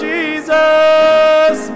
Jesus